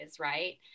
Right